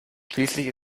schließlich